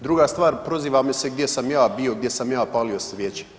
Druga stvar, proziva me se gdje sam ja bio, gdje sam ja palio svijeće.